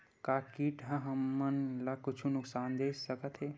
का कीट ह हमन ला कुछु नुकसान दे सकत हे?